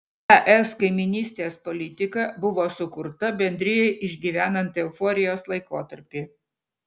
es kaimynystės politika buvo sukurta bendrijai išgyvenant euforijos laikotarpį